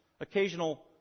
occasional